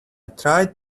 tried